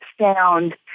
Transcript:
sound